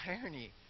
irony